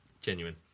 Genuine